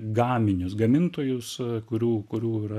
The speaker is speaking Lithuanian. gaminius gamintojus kurių kurių yra